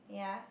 ya